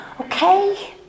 okay